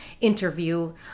interview